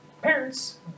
parents